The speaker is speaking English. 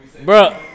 bro